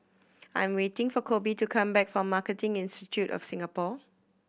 I am waiting for Koby to come back from Marketing Institute of Singapore